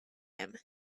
him